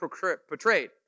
portrayed